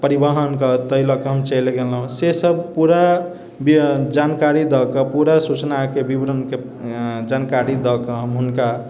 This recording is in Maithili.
परिवहनके तैं लअ के हम चलि गेलहुँ से सब पूरा बिय जानकारी दअ कऽ पूरा सूचनाके विवरणके जानकारी दअ कऽ हम हुनका